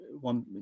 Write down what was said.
one